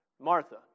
Martha